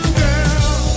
girl